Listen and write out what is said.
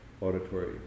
auditory